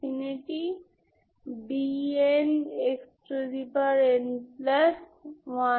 কিন্তু n হল 0 1 2 3 থেকে তাই আপনার আছে এই P0 P1 P2